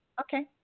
Okay